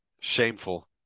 shameful